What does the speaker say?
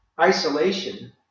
isolation